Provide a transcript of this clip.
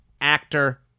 Actor